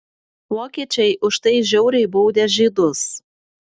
vokiečiai už tai žiauriai baudė žydus